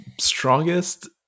strongest